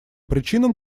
причинам